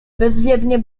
bezwiednie